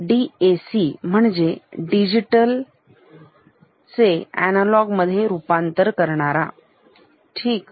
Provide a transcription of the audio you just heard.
DAC म्हणजे digital analogue मध्ये रूपांतर करणारा ठीक